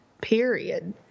period